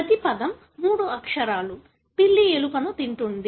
ప్రతి పదం మూడు అక్షరాలు పిల్లి ఎలుకను తింటుంది